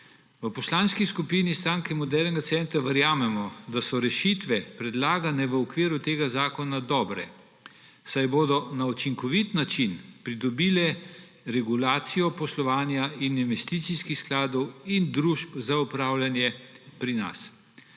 V Poslanski skupini SMC verjamemo, da so rešitve, predlagane v okviru tega zakona, dobre, saj bodo na učinkovit način pridobile regulacijo poslovanja in investicijskih skladov in družb za upravljanje pri nas.